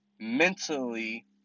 mentally